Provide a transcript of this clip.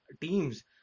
teams